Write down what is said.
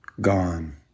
gone